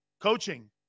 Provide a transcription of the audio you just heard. Coaching